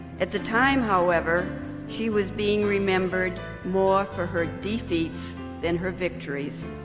at the time however she was being remembered more for her defeats than her victories.